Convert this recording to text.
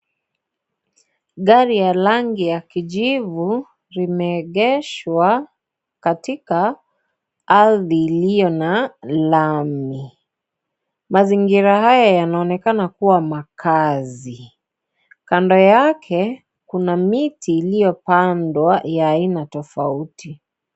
Gari ya rangi ya kijivu limeegeshwa katika ardhi iliyo na lami, mazingira haya yanaonekana kuwa makaazi. Kando yake kuna miti iliyopandwa ya aina tofauti.